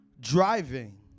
driving